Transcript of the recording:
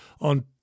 on